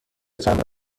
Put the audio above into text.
چند